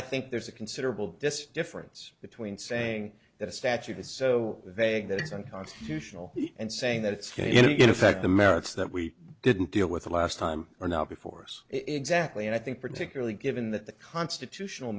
i think there's a considerable disdain for it's between saying that a statute is so vague that it's unconstitutional and saying that it's going to affect the merits that we didn't deal with the last time or not before us exactly and i think particularly given that the constitutional